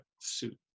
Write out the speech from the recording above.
suit